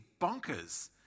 bonkers